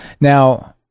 Now